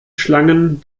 schlangen